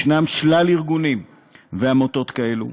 ישנם שלל ארגונים ועמותות כאלו,